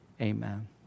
Amen